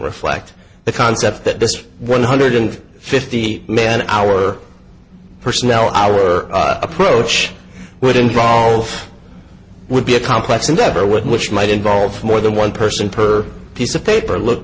reflect the concept that this one hundred and fifty men our personnel our approach would involve would be a complex endeavor with which might involve more than one person per piece of paper look